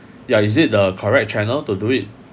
yeah is it the correct channel to do it